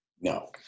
No